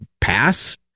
pass